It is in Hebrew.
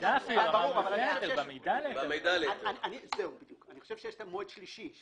אני חושב שיש מועד שלישי.